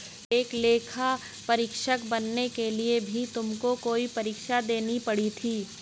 क्या लेखा परीक्षक बनने के लिए भी तुमको कोई परीक्षा देनी पड़ी थी?